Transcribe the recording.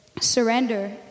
surrender